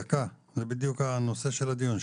זה בדיוק הנושא של הדיון,